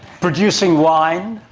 producing wine,